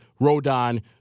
Rodon